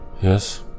Yes